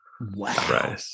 Wow